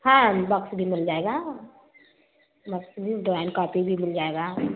हाँ बॉक्स भी मिल जाएगा बॉक्स भी ड्रॉइंग कॉपी भी मिल जाएगा